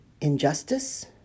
Injustice